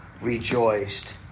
rejoiced